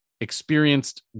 experienced